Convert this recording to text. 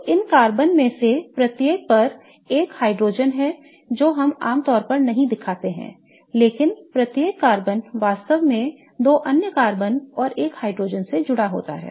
तो इन कार्बन में से प्रत्येक पर एक हाइड्रोजन है जो हम आमतौर पर नहीं दिखाते हैं लेकिन प्रत्येक कार्बन वास्तव में 2 अन्य कार्बन और 1 हाइड्रोजन से जुड़ा होता है